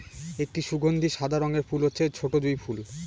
একটি সুগন্ধি সাদা রঙের ফুল হচ্ছে ছোটো জুঁই ফুল